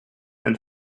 and